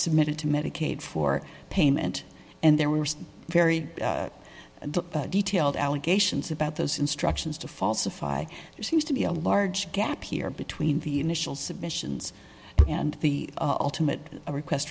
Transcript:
submitted to medicaid for payment and there were very detailed allegations about those instructions to falsify seems to be a large gap here between the initial submissions and the ultimate request